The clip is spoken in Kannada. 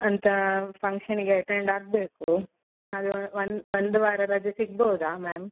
ಅಂತ ಫಂಕ್ಷನ್ಗೆ ಅಟೆಂಡ್ ಆಗಬೇಕು ಅದು ಒನ್ ಒಂದು ವಾರ ರಜೆ ಸಿಗ್ಬೋದಾ ಮ್ಯಾಮ್